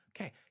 Okay